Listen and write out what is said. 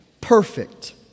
perfect